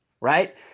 right